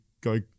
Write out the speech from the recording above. go